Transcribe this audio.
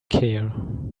here